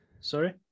Sorry